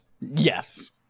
Yes